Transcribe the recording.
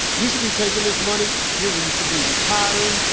you should be taking his money, you really should be retiring.